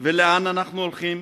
ולאן אנחנו הולכים?